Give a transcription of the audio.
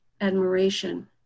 admiration